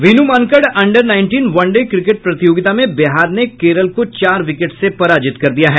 Veenu Mankad under nineteen one day cricket प्रतियोगिता में बिहार ने केरल को चार विकेट से पराजित कर दिया है